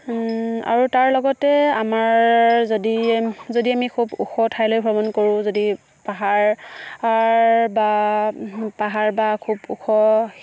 আৰু তাৰ লগতে আমাৰ যদি যদি আমি খুব ওখ ঠাইলৈ ভ্ৰমণ কৰোঁ যদি পাহাৰ বা পাহাৰ বা খুব ওখ